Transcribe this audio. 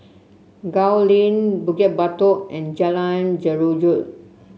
Gul Lane Bukit Batok and Jalan Jeruju